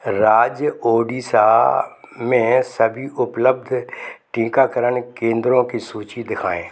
राज्य ओडिशा में सभी उपलब्ध टीकाकरण केंद्रों की सूची दिखाएँ